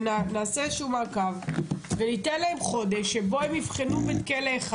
נעשה איזה מעקב וניתן להם חודש שבו הם יבחנו בית כלא אחד.